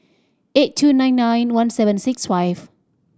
eight two nine nine one seven six five